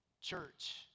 Church